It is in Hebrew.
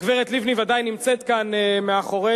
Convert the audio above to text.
הגברת לבני ודאי נמצאת כאן מאחורי,